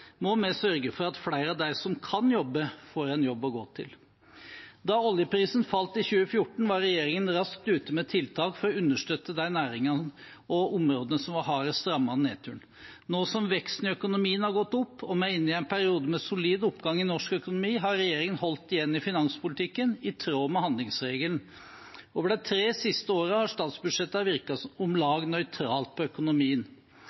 må vi sørge for at flere av dem som kan jobbe, får en jobb å gå til. Da oljeprisen falt i 2014, var regjeringen raskt ute med tiltak for å understøtte de næringene og områdene som var hardest rammet av nedturen. Nå som veksten i økonomien har gått opp og vi er inne i en periode med solid oppgang i norsk økonomi, har regjeringen holdt igjen i finanspolitikken, i tråd med handlingsregelen. Over de tre siste årene har statsbudsjettene virket om lag nøytralt på økonomien.